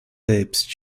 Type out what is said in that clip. selbst